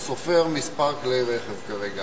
אתה סופר מספר כלי-רכב כרגע.